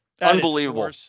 Unbelievable